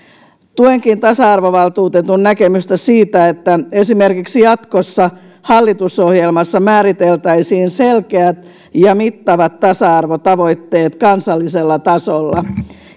tuenkin tasa arvovaltuutetun näkemystä siitä että esimerkiksi jatkossa hallitusohjelmassa määriteltäisiin selkeät ja mittavat tasa arvotavoitteet kansallisella tasolla